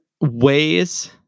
ways